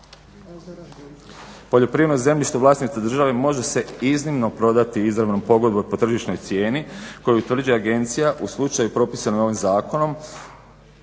Poljoprivredno zemljište u vlasništvu države može se iznimno prodati izravnom pogodbom po tržišnoj cijeni koju utvrđuje agencija u slučaju propisanim ovim zakonom